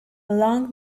long